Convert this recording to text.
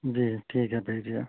جی ٹھیک ہے بھیج دیا